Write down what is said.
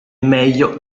meglio